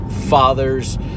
fathers